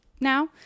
now